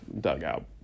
dugout